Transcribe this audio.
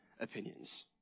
opinions